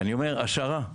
אני אומר שזו השערה,